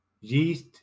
yeast